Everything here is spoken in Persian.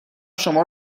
شما